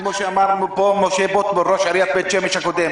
כמו שאמר פה ראש עירית בית שמש לשעבר,